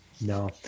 No